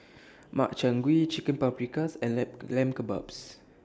Makchang Gui Chicken Paprikas and Lamb Lamb Kebabs